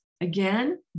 Again